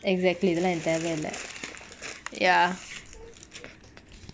exactly இதலா எனக்கு தேவயே இல்ல:ithala enaku thevaye illa ya